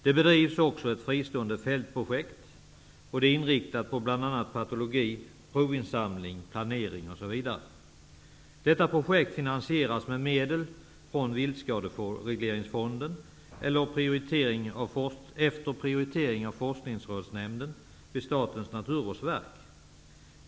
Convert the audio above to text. Det bedrivs också ett fristående fältprojekt inriktat på bl.a. patologi, provinsamling, planering osv. Detta projekt finansieras med medel från Viltskaderegleringsfonden, efter prioritering av forskningsrådsnämnden vid Statens naturvårdsverk.